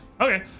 Okay